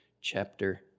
Chapter